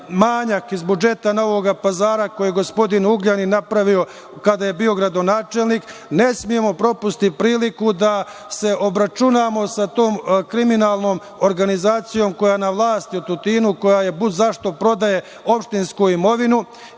iz budžeta Novog Pazara koji je gospodin Ugljanin napravio kada je bio gradonačelnik, ne smemo propustiti priliku da se obračunamo sa tom kriminalnom organizacijom koja je na vlasti u Tutinu, koja budzašto prodaje opštinsku imovinu